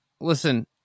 Listen